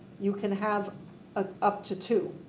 you can have ah up to two.